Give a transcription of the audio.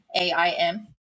A-I-M